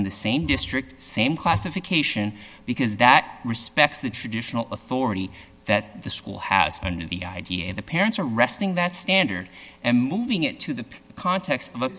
in the same district same classification because that respects the traditional authority that the school has under the idea of the parents arresting that standard and moving it to the context